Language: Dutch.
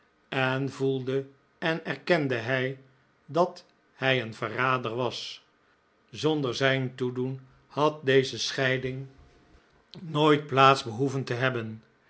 en voelde en erkende hij dat hij een verrader was zonder zijn toedoen had deze scheiding nooit plaats behoeven te hebben